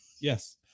Yes